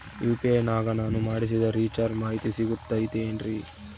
UPI ನಾಗ ನಾನು ಮಾಡಿಸಿದ ರಿಚಾರ್ಜ್ ಮಾಹಿತಿ ಸಿಗುತೈತೇನ್ರಿ?